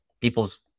people's